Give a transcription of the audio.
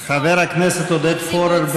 חבר הכנסת עודד פורר,